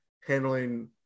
handling